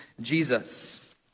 Jesus